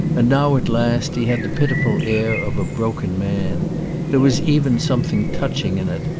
and now at last he had the pitiful air of a broken man there was even something touching in it,